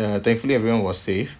ya thankfully everyone was safe